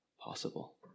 possible